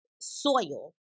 soil